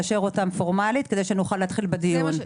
לאשרן פורמלית כדי להחיל בדיון.